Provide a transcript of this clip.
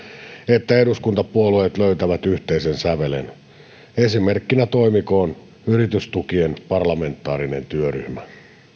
että eduskuntapuolueet löytävät yhteisen sävelen esimerkkinä toimikoon yritystukien parlamentaarinen työryhmä